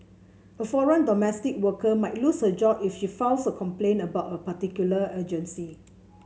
a foreign domestic worker might lose her job if she files a complaint about a particular agency